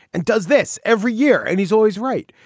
and does this every year and he's always right.